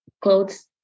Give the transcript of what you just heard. clothes